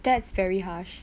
that's very harsh